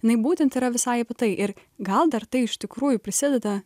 jinai būtent yra visai apie tai ir gal dar tai iš tikrųjų prisideda